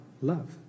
love